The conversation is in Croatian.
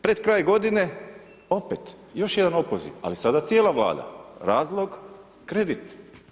Pred kraj godine, opet, još jedan opoziv, ali sada cijela Vlada, razlog, kredit.